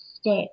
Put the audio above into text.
step